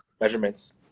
measurements